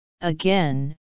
again